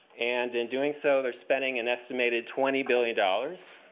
and in doing so, they're spending an estimated twenty billion dollars.